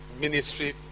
ministry